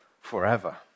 forever